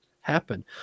happen